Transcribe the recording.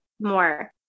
more